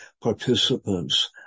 participants